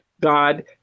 God